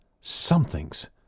something's